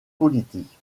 politique